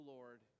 Lord